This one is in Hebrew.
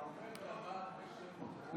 האומר דבר בשם אומרו,